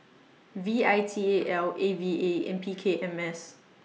V I T A L A V A and P K M S